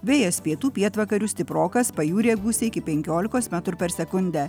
vėjas pietų pietvakarių stiprokas pajūryje gūsiai iki penkiolikos metrų per sekundę